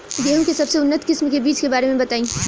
गेहूँ के सबसे उन्नत किस्म के बिज के बारे में बताई?